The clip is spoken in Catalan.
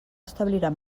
establiran